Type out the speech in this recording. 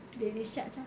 they discharge ah